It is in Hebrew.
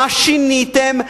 מה שיניתם?